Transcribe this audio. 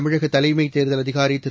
தமிழகதலைமதேர்தல் அதிகாரிதிரு